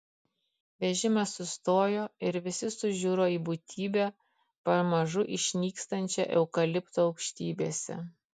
vežimas sustojo ir visi sužiuro į būtybę pamažu išnykstančią eukalipto aukštybėse